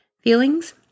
Feelings